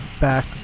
back